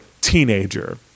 teenager